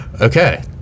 Okay